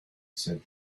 said